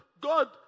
God